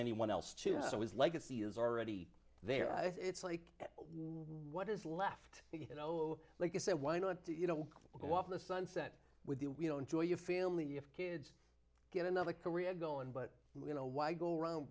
anyone else to say his legacy is already there it's like what is left you know like i said why not you know go off the sunset with the we don't enjoy your family you have kids get another career go on but you know why go around